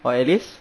but at least